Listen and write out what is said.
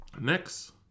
Next